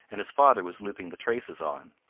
and his father was looping the traces on.